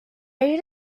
ate